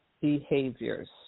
behaviors